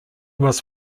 was